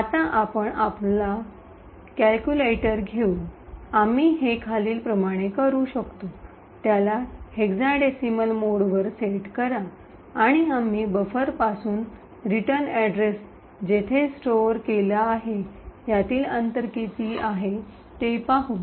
आता आपण आपला कॅल्क्युलेटर घेऊ आम्ही हे खालीलप्रमाणे करू शकतो त्याला हेक्साडेसिमल मोडवर सेट करा आणि आम्ही बफरपासून रिटर्न अड्रेस जेथे स्टोआर केलेला आहे यातील अंतर किती आहे ते पाहू